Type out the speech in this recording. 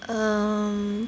um